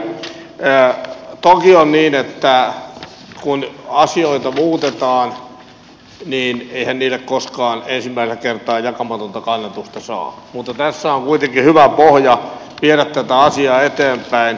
toki on niin että kun asioita muutetaan niin eihän niille koskaan ensimmäisellä kertaa jakamatonta kannatusta saa mutta tässä on kuitenkin hyvä pohja viedä tätä asiaa eteenpäin